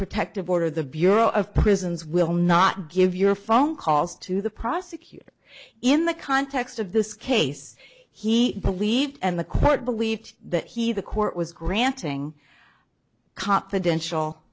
protective order the bureau of prisons will not give your phone calls to the prosecutor in the context of this case he believed and the court believed that he the court was granting confidential